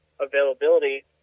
availability